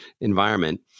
environment